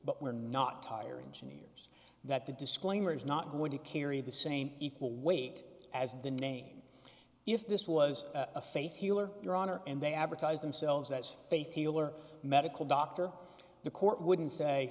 but we're not tired engineers that the disclaimer is not going to carry the same equal weight as the name if this was a faith healer your honor and they advertise themselves as faith healer medical doctor the court wouldn't say